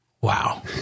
Wow